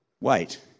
Wait